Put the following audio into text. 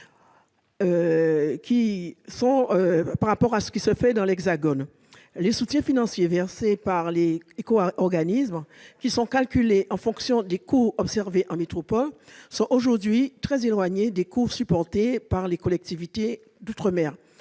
d'outre-mer que pour celles de l'Hexagone. Les soutiens financiers versés par les éco-organismes, qui sont calculés en fonction des coûts observés en métropole, sont aujourd'hui très éloignés des coûts supportés par les collectivités d'outre-mer.